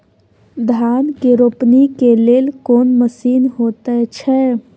धान के रोपनी के लेल कोन मसीन होयत छै?